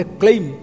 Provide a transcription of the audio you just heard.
claim